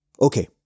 Okay